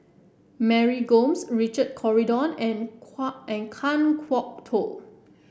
Mary Gomes Richard Corridon and and Kan Kwok Toh